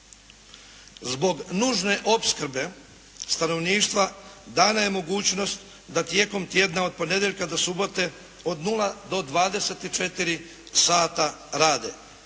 Zbog nužne opskrbe stanovništva dana je mogućnost da tijekom tjedna od ponedjeljka do subote od 0 do 24 sata rade